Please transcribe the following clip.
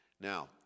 Now